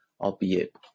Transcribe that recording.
albeit